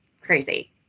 crazy